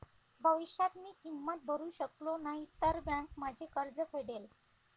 भविष्यात मी किंमत भरू शकलो नाही तर बँक माझे कर्ज फेडेल